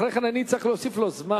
ואחר כך אני צריך להוסיף לו זמן.